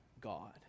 God